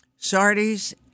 Sardi's